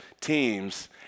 teams